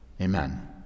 Amen